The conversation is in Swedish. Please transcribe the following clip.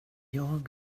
jag